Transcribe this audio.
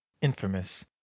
infamous